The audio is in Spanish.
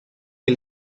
que